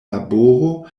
laboro